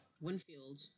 Winfield